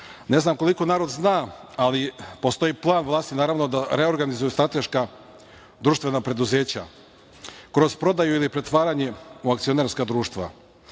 Ne znam koliko narod zna, ali postoji plan vlasti, naravno, da reorganizuju strateška društvena preduzeća, kroz prodaju ili pretvaranje u akcionarska društva.